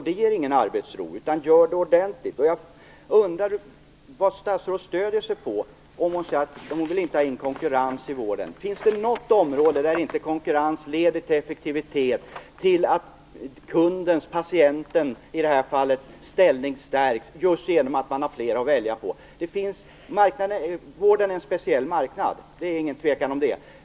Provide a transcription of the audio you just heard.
Det ger ingen arbetsro. Gör det i stället ordentligt. Jag undrar vad statsrådet stöder sig på när hon säger att hon inte vill ha in konkurrens i vården. Finns det något område där konkurrens inte leder till effektivitet och till att kundens, i det här fallet patientens, ställning stärks just genom att man har fler att välja på? Vården är en speciell marknad. Det är ingen tvekan om det.